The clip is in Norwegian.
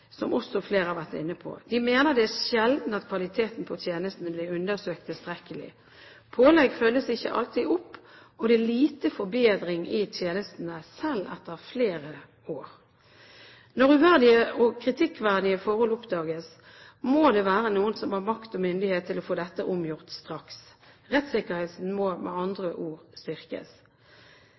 som også flere har vært inne på. De mener det er sjelden at kvaliteten på tjenestene blir undersøkt tilstrekkelig. Pålegg følges ikke alltid opp, og det er lite forbedring i tjenestene, selv etter flere år. Når uverdige og kritikkverdige forhold oppdages, må det være noen som har makt og myndighet til å få dette omgjort straks. Rettssikkerheten må med andre ord styrkes.